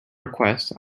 request